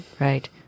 right